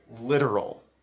literal